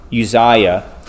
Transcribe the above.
Uzziah